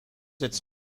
its